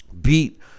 beat